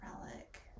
relic